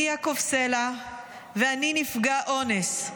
"אני יעקב סלע ואני נפגע אונס.